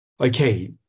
Okay